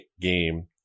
game